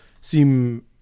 seem